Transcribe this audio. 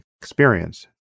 experience